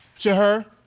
to her.